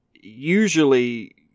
usually